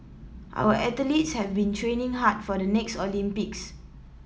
our athletes have been training hard for the next Olympics